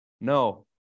No